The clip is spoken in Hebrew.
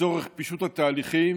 לצורך פישוט התהליכים,